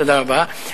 תודה רבה.